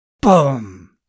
Boom